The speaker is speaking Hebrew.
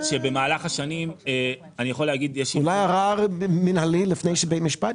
אולי ערר מינהלי לפני בית משפט.